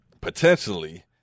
potentially